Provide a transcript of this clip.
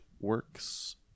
works